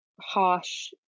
harsh